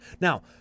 Now